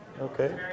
Okay